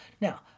Now